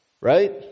Right